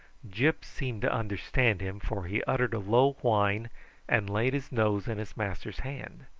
gyp seemed to understand him, for he uttered a low whine and laid his nose in his master's hand.